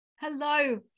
Hello